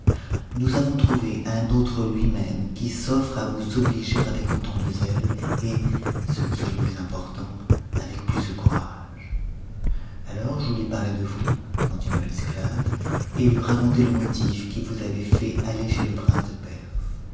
nous avons trouvé un autre lui-même qui s'offre à vous obliger avec autant de zèle et ce qui est le plus important avec plus de courage alors je lui parlai de vous continua l'esclave et lui racontai le motif qui vous avait fait aller chez le prince de perse